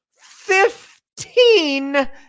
fifteen